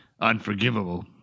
Unforgivable